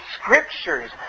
Scriptures